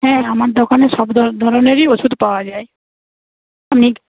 হ্যাঁ আমার দোকানে সব ধরণেরই ওষুধ পাওয়া যায়